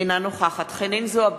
אינה נוכחת חנין זועבי,